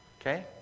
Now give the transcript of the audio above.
Okay